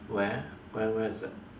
where where where is that